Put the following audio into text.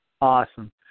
Awesome